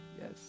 Yes